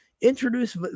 Introduce